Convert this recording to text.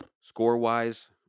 Score-wise